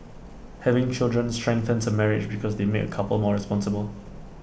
having children strengthens A marriage because they make couples more responsible